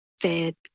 fed